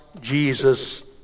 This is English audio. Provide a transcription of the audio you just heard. Jesus